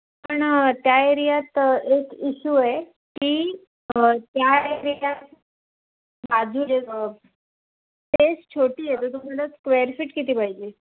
पण त्या एरियात एक इश्यू आहे की त्या एरियात बाजू दे अ पेस छोटी आहे तर तुम्हाला स्क्वेअर फीट किती पाहिजे